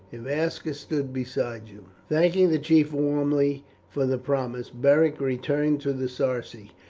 if aska stood beside you. thanking the chief warmly for the promise, beric returned to the sarci.